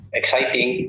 exciting